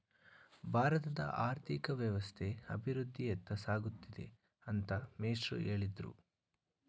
ಭಾರತದ ಆರ್ಥಿಕ ವ್ಯವಸ್ಥೆ ಅಭಿವೃದ್ಧಿಯತ್ತ ಸಾಗುತ್ತಿದೆ ಅಂತ ಮೇಷ್ಟ್ರು ಹೇಳಿದ್ರು